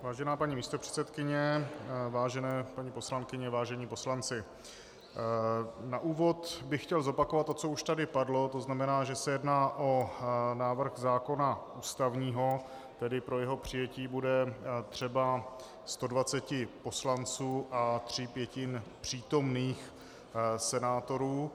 Vážená paní místopředsedkyně, vážené paní poslankyně, vážení poslanci, na úvod bych chtěl zopakovat to, co už tady padlo, to znamená, že se jedná o návrh zákona ústavního, tedy pro jeho přijetí bude třeba 120 poslanců a tří pětin přítomných senátorů.